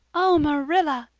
oh, marilla!